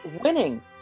winning